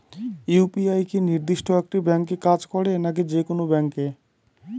UPI কি নির্দিষ্ট একটি ব্যাংকে কাজ করে নাকি যে কোনো ব্যাংকে?